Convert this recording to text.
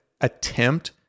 attempt